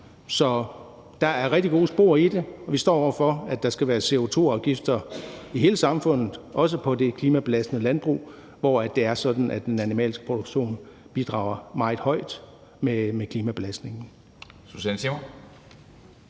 Så der er rigtig gode spor i det, og vi står over for, at der skal være CO2-afgifter i hele samfundet, også på det klimabelastende landbrug, hvor det er sådan, at den animalske produktion bidrager meget højt i forhold til klimabelastningen.